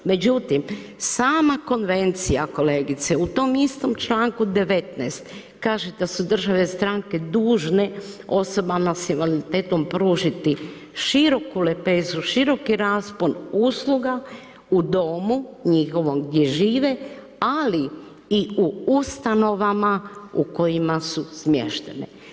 Međutim sama konvencija kolegice, u tom istom članku 19. kaže da su države stranke dužne osobama s invaliditetom pružiti široku lepezu, široki raspon usluga u domu njihovom gdje žive, ali i u ustanovama u kojima su smještene.